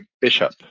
bishop